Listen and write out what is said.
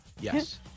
Yes